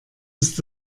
ist